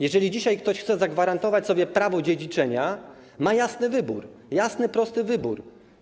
Jeżeli dzisiaj ktoś chce zagwarantować sobie prawo dziedziczenia, to ma jasny, prosty wybór.